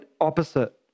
opposite